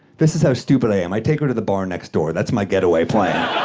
this is how stupid i am. i take her to the bar next door. that's my getaway plan.